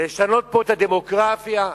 לשנות את הדמוגרפיה?